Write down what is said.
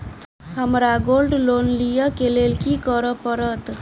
हमरा gold loan लिय केँ लेल की करऽ पड़त?